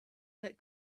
that